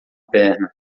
perna